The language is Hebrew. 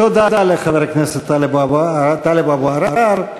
תודה לחבר הכנסת טלב אבו עראר.